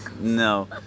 No